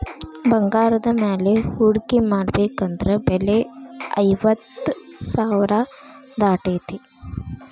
ಬಂಗಾರದ ಮ್ಯಾಲೆ ಹೂಡ್ಕಿ ಮಾಡ್ಬೆಕಂದ್ರ ಬೆಲೆ ಐವತ್ತ್ ಸಾವ್ರಾ ದಾಟೇತಿ